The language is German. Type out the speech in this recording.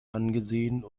angesehen